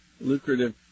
lucrative